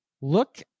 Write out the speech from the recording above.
look